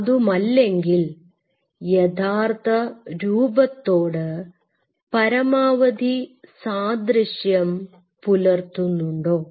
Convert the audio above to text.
അതുമല്ലെങ്കിൽ യഥാർത്ഥ രൂപത്തോട് പരമാവധി സാദൃശ്യം പുലർത്തുന്നുണ്ടോ